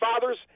fathers